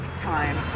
time